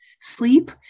sleep